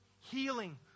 healing